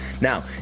Now